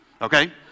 Okay